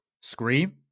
Scream